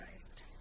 Christ